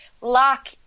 lock